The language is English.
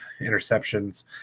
interceptions